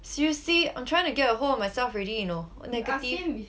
seriously I'm trying to get a hold myself already you know [what] negative